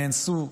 נאנסו,